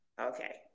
Okay